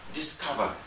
discover